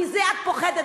מזה את פוחדת,